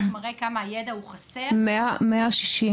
מה שרק מראה עד כמה הידע בנושא הזה חסר.